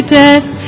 death